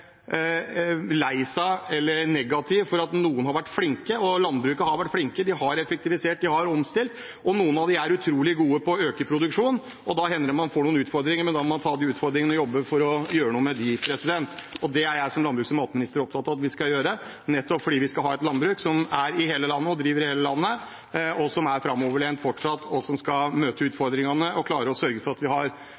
seg eller negativ fordi noen har vært flinke. I landbruket har de vært flinke. De har effektivisert, de har omstilt, og noen av dem er utrolig gode på å øke produksjonen. Da hender det man får noen utfordringer, men da må man ta de utfordringene og jobbe for å gjøre noe med det. Det er jeg som landbruks- og matminister opptatt av at vi skal gjøre, nettopp fordi vi skal ha et landbruk i hele landet, som fortsatt er framoverlent, og som skal møte